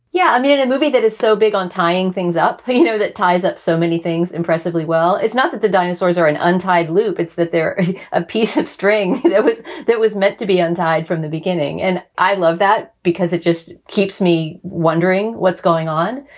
yeah, i'm in a movie that is so big on tying things up, you know, that ties up so many things impressively. well, it's not that the dinosaurs are an untied loop. it's that they're a piece of string that was that was meant to be untied from the beginning. and i love that because it just keeps me wondering what's going on.